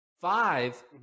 five